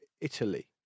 Italy